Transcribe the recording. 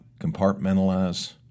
compartmentalize